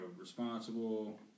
responsible